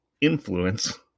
influence